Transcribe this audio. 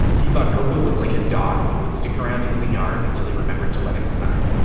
he thought coco was like his dog and would stick around in the yard until he remembered to let him inside.